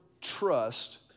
trust